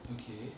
okay